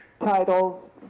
titles